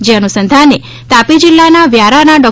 જે અનુસંધાને તાપી જિલ્લાના વ્યારાના ડો